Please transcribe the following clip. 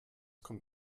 kommt